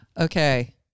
Okay